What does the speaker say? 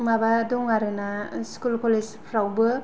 माबा दङ आरोना स्कुल कलेजफ्रावबो